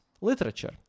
literature